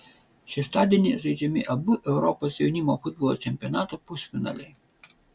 šeštadienį žaidžiami abu europos jaunimo futbolo čempionato pusfinaliai